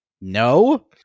No